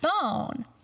phone